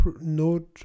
node